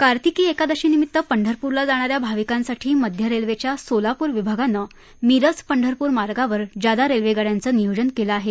कार्तिकी एकादशी निमित्त पंढरपूरला जाणाऱ्या भाविकांसाठी मध्य रेल्वेच्या सोलापूर विभागानं मिरज पंढरपूर मार्गावर ज्यादा रेल्वे गाड्यांचं नियोजन केलं आहे